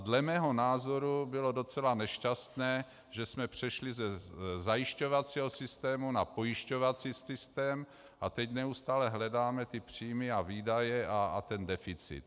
Dle mého názoru bylo docela nešťastné, že jsme přešli ze zajišťovacího systému na pojišťovací systém, a teď neustále hledáme příjmy a výdaje, a ten deficit.